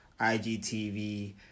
IGTV